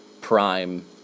Prime